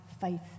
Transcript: faith